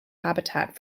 habitat